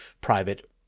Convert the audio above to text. private